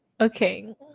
Okay